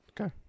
Okay